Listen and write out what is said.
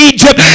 Egypt